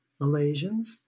Malaysians